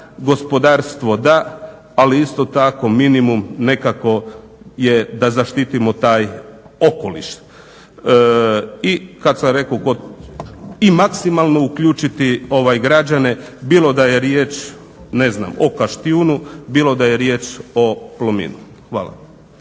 gospodarstvo da, ali isto tako minimum nekako je da zaštitimo taj okoliš. I kad sam rekao kod, i maksimalno uključiti građane, bilo da je riječ, ne znam o Kaštijunu, bilo da je riječ o Plominu. Hvala